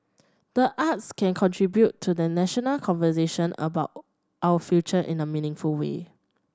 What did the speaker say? the arts can contribute to the national conversation about our future in a meaningful way